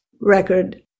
record